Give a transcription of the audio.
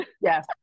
yes